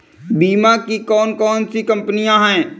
बीमा की कौन कौन सी कंपनियाँ हैं?